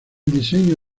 diseño